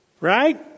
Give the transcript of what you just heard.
Right